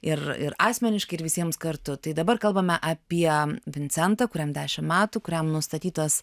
ir ir asmeniškai ir visiems kartu tai dabar kalbame apie vincentą kuriam dešim metų kuriam nustatytas